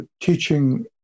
teaching